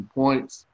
points